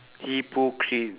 hypocrite